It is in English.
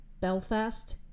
Belfast